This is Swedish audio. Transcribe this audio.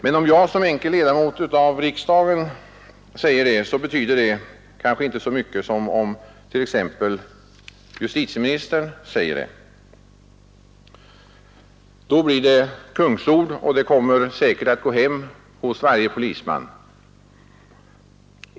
Men om jag som enkel ledamot av riksdagen säger det betyder det kanske inte så mycket som om t.ex. justitieministern säger det. Då blir det kungsord, och det kommer säkert att gå hem hos varje polisman.